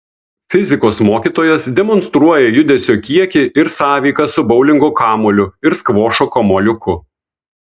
fizikos mokytojas demonstruoja judesio kiekį ir sąveiką su boulingo kamuoliu ir skvošo kamuoliuku